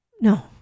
no